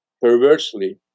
perversely